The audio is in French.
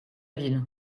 ville